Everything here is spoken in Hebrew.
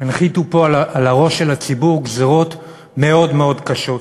הנחיתו על ראש הציבור גזירות מאוד קשות.